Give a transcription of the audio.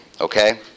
okay